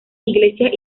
iglesias